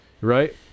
right